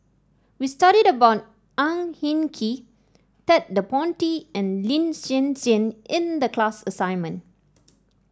we studied about Ang Hin Kee Ted De Ponti and Lin Hsin Hsin in the class assignment